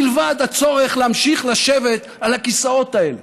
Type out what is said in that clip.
מלבד הצורך להמשיך לשבת על הכיסאות האלה,